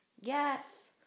Yes